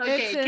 Okay